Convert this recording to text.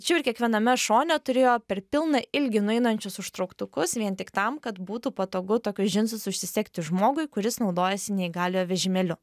tačiau ir kiekviename šone turėjo per pilną ilgį nueinančius užtrauktukus vien tik tam kad būtų patogu tokius džinsus užsisegti žmogui kuris naudojasi neįgaliojo vežimėliu